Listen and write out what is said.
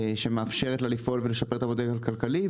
שמאפשרת לו לפעול ולשפר את המודל הכלכלי.